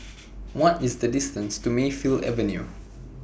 What IS The distance to Mayfield Avenue